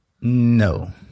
No